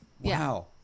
Wow